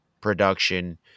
production